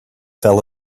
fell